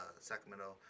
Sacramento